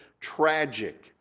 tragic